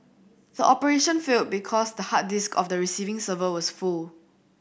the operation failed because the hard disk of the receiving server was full